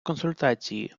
консультації